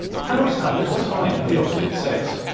harris had little time for the opposite sex.